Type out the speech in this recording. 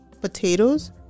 potatoes